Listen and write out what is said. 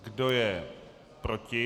Kdo je proti?